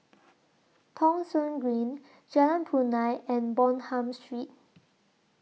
Thong Soon Green Jalan Punai and Bonham Street